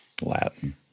Latin